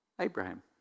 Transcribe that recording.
Abraham